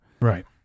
Right